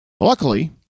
Luckily